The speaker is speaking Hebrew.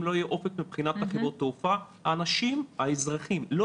אם לא יהיה אופק מבחינת חברות התעופה האזרחים לא